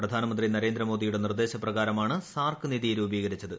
പ്രധാനമന്ത്രി നരേന്ദ്രമോദിയുടെ നിർദ്ദേശപ്രകാരമാണ് സാർക് നിധി രൂപീകരിച്ചത്